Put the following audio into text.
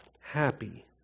happy